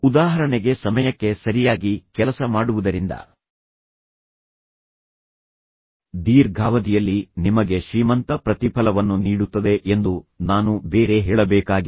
ಉದಾಹರಣೆಗೆ ಸಮಯಕ್ಕೆ ಸರಿಯಾಗಿ ಕೆಲಸ ಮಾಡುವುದರಿಂದ ದೀರ್ಘಾವಧಿಯಲ್ಲಿ ನಿಮಗೆ ಶ್ರೀಮಂತ ಪ್ರತಿಫಲವನ್ನು ನೀಡುತ್ತದೆ ಎಂದು ನಾನು ಬೇರೆ ಹೇಳಬೇಕಾಗಿಲ್ಲ